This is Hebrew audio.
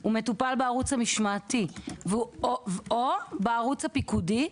הוא מטופל בערוץ המשמעתי או בערוץ הפיקודי.